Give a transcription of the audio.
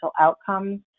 outcomes